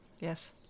Yes